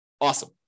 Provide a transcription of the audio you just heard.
Awesome